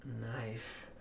Nice